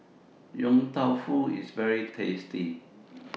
Yong Tau Foo IS very tasty